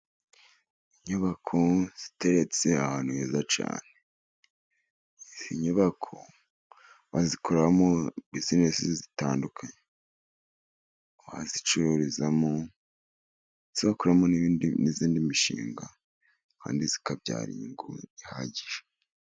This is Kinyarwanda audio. Inyubako ziteretse ahantu heza cyane, izi nyubako wazikoramo bizinesi zitandukanye, wazicururizamo zakora n'ibindi bimeze nk'imishinga, kandi ikabyara inyungu ihagije.